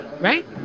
right